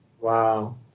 Wow